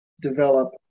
develop